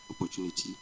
opportunity